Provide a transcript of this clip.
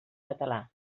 català